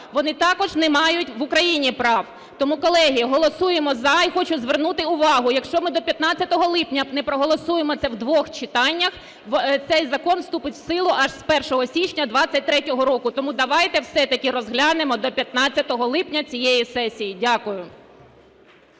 вони також не мають в Україні прав. Тому, колеги, голосуємо "за" і хочу звернути увагу, якщо ми до 15 липня не проголосуємо це в двох читаннях, цей закон вступить в силу аж з 1 січня 23-го року, тому давайте все-таки розглянемо до 15 липня цієї сесії. Дякую.